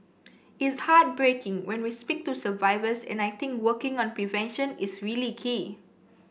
it's heartbreaking when we speak to survivors and I think working on prevention is really key